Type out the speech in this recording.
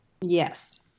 Yes